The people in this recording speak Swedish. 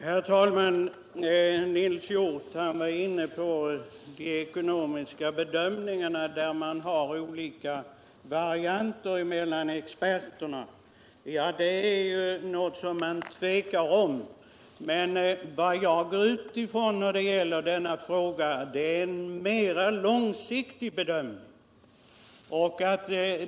Herr talman! Nils Hjorth var inne på de ekonomiska bedömningarna, där experterna har olika varianter. Jag går ut ifrån en mera långsiktig bedömning.